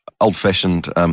old-fashioned